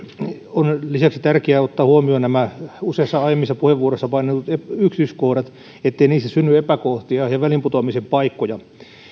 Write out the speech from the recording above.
on lisäksi tärkeää ottaa huomioon nämä useissa aiemmissa puheenvuoroissa mainitut yksityiskohdat ettei niissä synny epäkohtia ja väliin putoamisen paikkoja